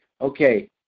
okay